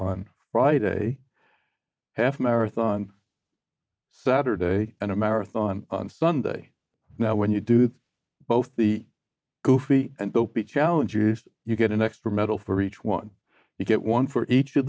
on friday half marathon saturday and a marathon on sunday now when you do with both the goofy and the challenges you get an extra medal for each one you get one for each